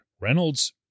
Reynolds